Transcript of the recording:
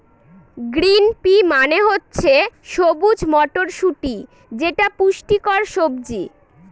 green pea মানে হচ্ছে সবুজ মটরশুটি যেটা পুষ্টিকর সবজি